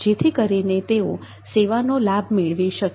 જેથી કરીને તેઓ સેવાનો લાભ મેળવી શકે